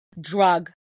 drug